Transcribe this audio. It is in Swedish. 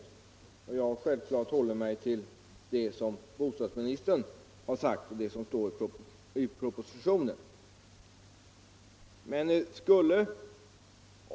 Jag håller mig självfallet till det som bostadsministern har sagt och till det som står i propositionen.